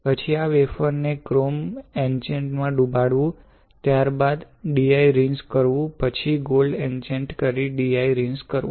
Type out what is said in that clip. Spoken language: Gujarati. પછી આ વેફર ને ક્રોમ ઇચેન્ટમાં ડૂબાડ્વુ ત્યારબાદ DI રિન્ઝ કરવુ પછી ગોલ્ડ ઇચેન્ટ કરીને DI રિન્ઝ કરવુ